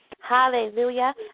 Hallelujah